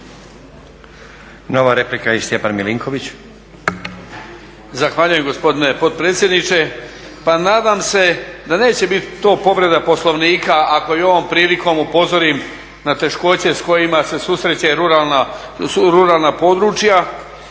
Nova replika i Stjepan Milinković.